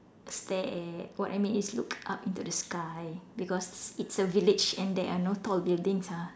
stare at what I mean is look up into the sky because it's a village and there are no tall buildings ah